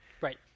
Right